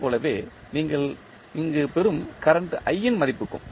இதேபோலவே நீங்கள் இங்கு பெறும் கரண்ட் i இன் மதிப்புக்கும்